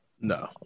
No